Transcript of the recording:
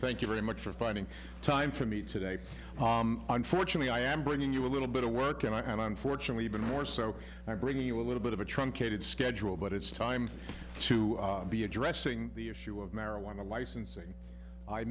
thank you very much for finding time to me today unfortunately i am bringing you a little bit of work and i'm fortunate even more so i bring you a little bit of a truncated schedule but it's time to be addressing the issue of marijuana licensing i